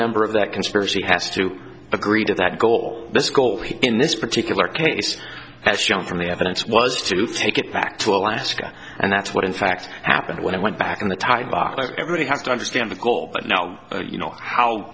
member of that conspiracy has to agree to that goal this goal in this particular case as shown from the evidence was to take it back to alaska and that's what in fact happened when i went back in the tide box like everybody has to understand the goal but now you know how